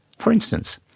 for instance,